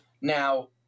now